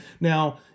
Now